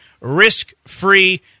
risk-free